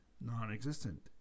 non-existent